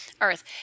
earth